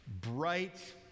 bright